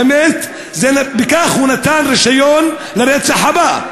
באמת בכך הוא נתן רישיון לרצח הבא.